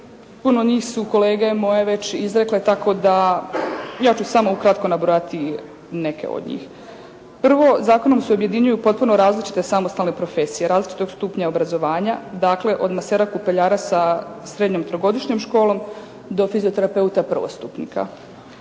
Puno nisu kolege moje već izrekle tako da ja ću samo ukratko nabrojati neke od njih. Prvo, zakonom se objedinjuju potpuno različite samostalne profesije, različitog stupnja obrazovanja dakle od masera kupeljara sa srednjom trogodišnjom školom do fizioterapeuta prvostupnika.